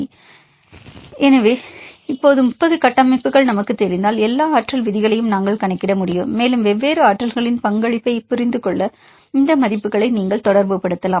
entropy மாணவர் entropy எனவே இப்போது 3D கட்டமைப்புகள் நமக்குத் தெரிந்தால் எல்லா ஆற்றல் விதிகளையும் நாங்கள் கணக்கிட முடியும் மேலும் வெவ்வேறு ஆற்றல்களின் பங்களிப்பைப் புரிந்துகொள்ள இந்த மதிப்புகளை நீங்கள் தொடர்புபடுத்தலாம்